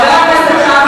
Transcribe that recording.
חבר הכנסת שאמה.